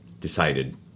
decided